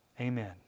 Amen